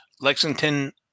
Lexington